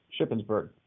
Shippensburg